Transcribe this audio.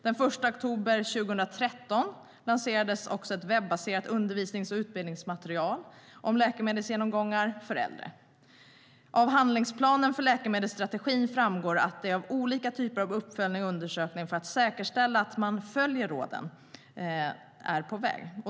Den 1 oktober 2013 lanserades också ett webbaserat undervisnings och utbildningsmaterial om läkemedelsgenomgångar för äldre. Av handlingsplanen för läkemedelsstrategi framgår det att olika typer av uppföljning och undersökning för att säkerställa att man följer råden är på väg.